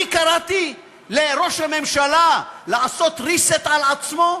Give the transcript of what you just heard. אני קראתי לחוק הממשלה, לעשות reset על עצמו?